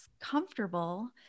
comfortable